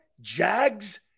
Jags